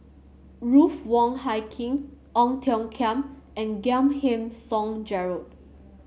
Ruth Wong Hie King Ong Tiong Khiam and Giam Yean Song Gerald